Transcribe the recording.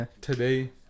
Today